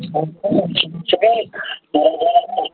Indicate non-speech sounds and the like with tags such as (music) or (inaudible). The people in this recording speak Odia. (unintelligible)